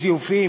יש זיופים?